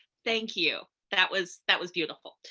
thank you. that was that was beautiful.